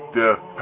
death